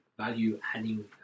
value-adding